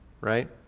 right